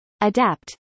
adapt